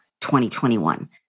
2021